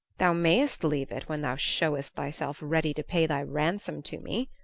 thou mayst leave it when thou showest thyself ready to pay thy ransom to me,